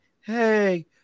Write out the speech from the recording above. hey